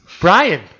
Brian